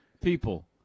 People